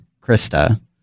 Krista